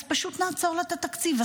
אז פשוט נעצור לה את התקציב.